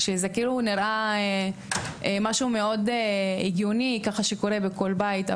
שזה כאילו נראה משהו מאוד הגיוני ככה שקורה בכל בית,